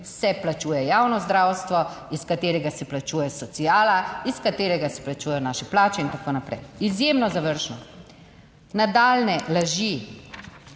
se plačuje javno zdravstvo, iz katerega se plačuje sociala, iz katerega se plačujejo naše plače in tako naprej. Izjemno zavržno. Nadaljnje laži,